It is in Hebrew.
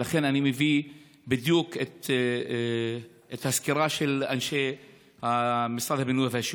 ולכן אני מביא בדיוק את הסקירה של אנשי משרד הבינוי והשיכון.